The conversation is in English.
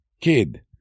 Kid